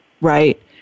Right